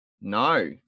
No